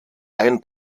ein